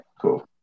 Cool